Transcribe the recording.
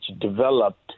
developed